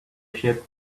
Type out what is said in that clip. ship